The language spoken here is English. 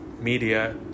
media